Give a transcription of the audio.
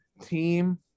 team